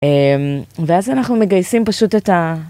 ואז אנחנו מגייסים פשוט את ה...